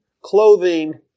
clothing